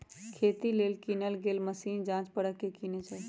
खेती लेल किनल गेल मशीन जाच परख के किने चाहि